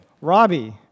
Robbie